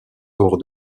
hors